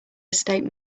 estate